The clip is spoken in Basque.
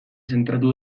zentratu